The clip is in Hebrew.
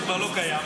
שכבר לא קיים.